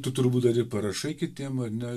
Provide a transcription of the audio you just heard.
tu turbūt dar ir parašai kitiems ar ne